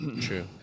True